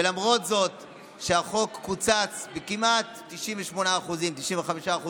למרות שהחוק קוצץ בכמעט 98%, 95%,